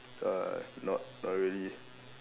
uh not not really